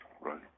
right